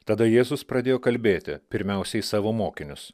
tada jėzus pradėjo kalbėti pirmiausia į savo mokinius